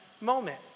moment